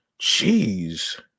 Jeez